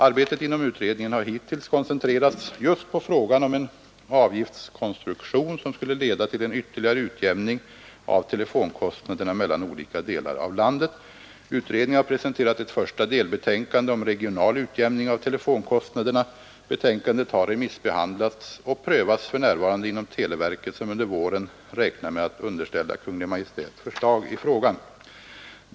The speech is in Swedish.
Arbetet inom utredningen har hittills koncentrerats just på frågan om en avgiftskonstruktion som skulle leda till en ytterligare utjämning av telefonkostnaderna mellan olika delar av landet. Utredningen har presenterat ett första delbetänkande om regional utjämning av telefonkostnaderna. Betänkandet har remissbehandlats och prövas för närvarande inom televerket, som under våren räknar med att underställa Kungl. Maj:t förslag i frågan.